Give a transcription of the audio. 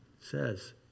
says